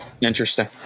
Interesting